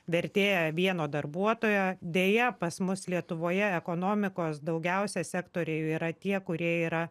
vertė vieno darbuotojo deja pas mus lietuvoje ekonomikos daugiausia sektoriuje yra tie kurie yra